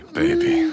baby